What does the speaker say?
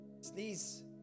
sneeze